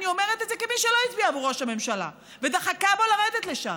אני אומרת את זה כמי שלא הצביעה עבור ראש הממשלה ודחקה בו לרדת לשם,